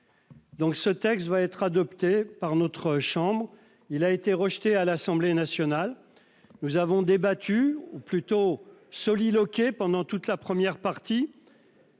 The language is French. Donc, ce texte va être adopté par notre chambre, il a été rejeté à l'Assemblée nationale. Nous avons débattu ou plutôt soliloque pendant toute la première partie.